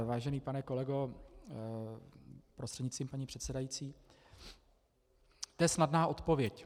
Vážený pane kolego prostřednictvím paní předsedající, to je snadná odpověď.